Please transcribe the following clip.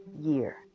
year